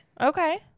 Okay